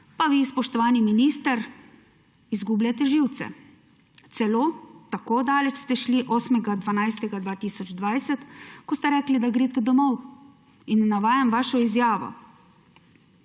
Pa vi, spoštovani minister, izgubljate živce. Celo tako daleč ste šli 8. 12. 2020, ko ste rekli, da greste domov. Navajam vašo izjavo:«